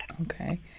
Okay